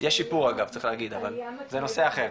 יש שיפור אגב צריך להגיד, אבל זה נושא אחר.